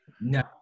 No